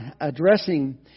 addressing